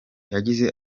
yagize